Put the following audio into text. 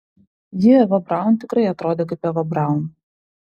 ji eva braun tikrai atrodė kaip eva braun